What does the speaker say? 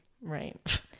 Right